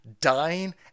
dying